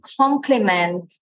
complement